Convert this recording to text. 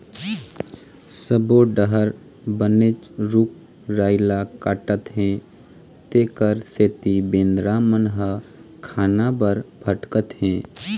सब्बो डहर बनेच रूख राई ल काटत हे तेखर सेती बेंदरा मन ह खाना बर भटकत हे